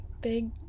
Big